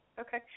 Okay